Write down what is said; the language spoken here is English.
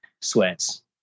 sweats